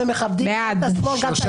בעד?